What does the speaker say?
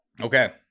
Okay